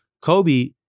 Kobe